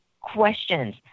questions